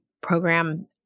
program